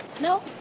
No